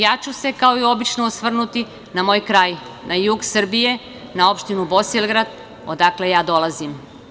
Ja ću se kao i obično osvrnuti na moj kraj, na jug Srbije, na opštinu Bosilegrad, odakle dolazim.